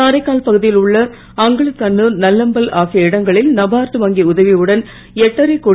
காரைக்கால் பகுதியில் உள்ள அகளங்கண்ணு நல்லம்பல் ஆகிய இடங்களில் நபார்டு வங்கி உதவியுடன் எட்டரை கோடி